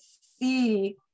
see